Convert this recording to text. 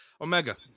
Omega